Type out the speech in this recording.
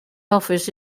office